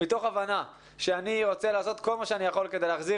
מתוך הבנה שאני רוצה לעשות את כל מה שאני יכול כדי להחזיר